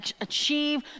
achieve